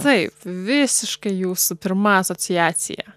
taip visiškai jūsų pirma asociacija